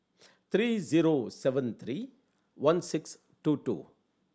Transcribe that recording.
three zero seven three one six two two